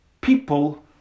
people